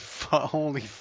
Holy